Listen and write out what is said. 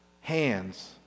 hands